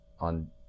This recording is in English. on